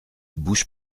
bouche